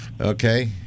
okay